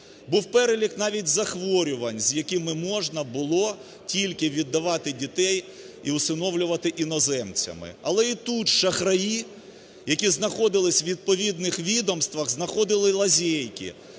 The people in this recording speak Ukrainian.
був перелік навіть захворювань, з якими можна було тільки віддавати дітей і всиновлювати іноземцями. Але і тут шахраї, які знаходилися у відповідних відомствах, знаходили лазейки,